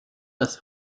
das